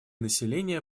население